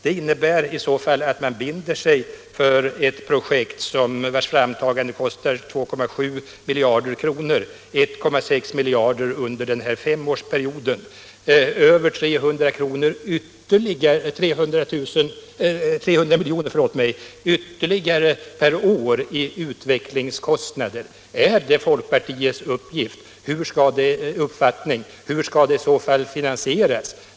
Det innebär i så fall att man binder sig för ett projekt vars framtagande kostar sammanlagt 2,7 miljarder kronor, 1,6 miljarder under närmaste femårsperiod. Eller om man räknar per år över 300 milj.kr. ytterligare årligen i utvecklingskostnader. Hur skall det i så fall finansieras?